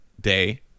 day